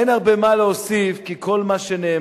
אין הרבה מה להוסיף, כי כל מה שנאמר,